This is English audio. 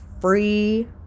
free